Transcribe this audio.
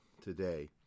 today